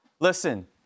Listen